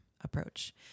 approach